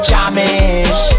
Jamish